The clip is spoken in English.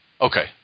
Okay